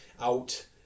out